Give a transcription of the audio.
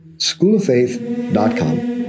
schooloffaith.com